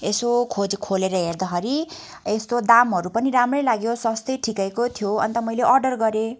यसो खो खोलेर हेर्दाखेरि यस्तो दामहरू पनि राम्रै लाग्यो सस्तो ठिकैको थियो अन्त मैले अडर गरेँ